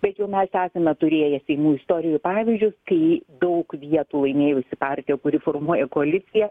bet jau mes esame turėję seimų istorijoj pavyzdžius kai daug vietų laimėjusi partija kuri formuoja koaliciją